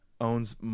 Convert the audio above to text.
owns